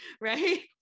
right